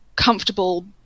comfortable